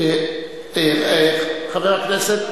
לא בפעם הראשונה,